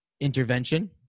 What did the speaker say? intervention